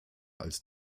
als